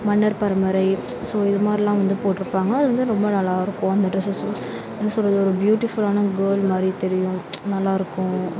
மன்னர் பரம்பரை ஸோ இதுமரில்லாம் வந்து போட்யிருப்பாங்க அது வந்து ரொம்ப நல்லாயிருக்கும் அந்த டிரெஸஸும் என்ன சொல்றது ஒரு பியூட்டிஃபுல்லான கேர்ள் மாரி தெரியும் நல்லாயிருக்கும்